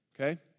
okay